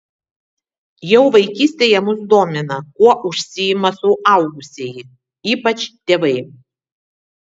jau vaikystėje mus domina kuo užsiima suaugusieji ypač tėvai